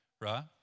right